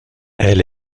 elle